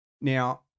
Now